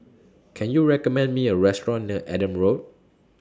Can YOU recommend Me A Restaurant near Adam Road